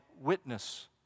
witness